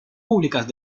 públicas